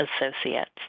associates